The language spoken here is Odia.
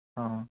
ହଁ